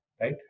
right